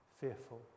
fearful